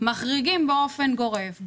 מחריגים באופן גורף,